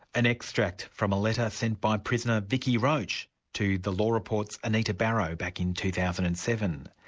an extract from a letter sent by prisoner vicki roach to the law report's anita barraud back in two thousand and seven.